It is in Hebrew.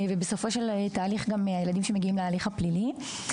ובסופו של תהליך גם הילדים שמגיעים להליך הפלילי.